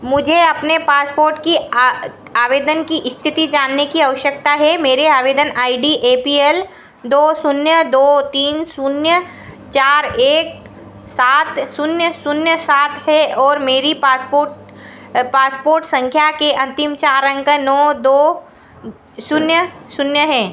मुझे अपने पासपोर्ट के आवेदन की स्थिति जानने की अवश्यकता है मेरे आवेदन I D A P L दो शून्य दो तीन शून्य चार एक सात शून्य शून्य सात है और मेरी पासपोट पासपोर्ट संख्या के अंतिम चार अंक हैं नौ दो शून्य शून्य हैं